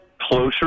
closer